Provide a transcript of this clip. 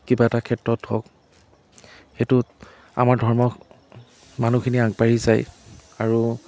কিবা এটা ক্ষেত্ৰত হওক সেইটোত আমাৰ ধৰ্মৰ মানুহখিনিয়ে আগবাঢ়ি যায় আৰু